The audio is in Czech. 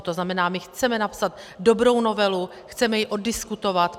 To znamená, chceme napsat dobrou novelu, chceme ji oddiskutovat.